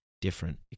different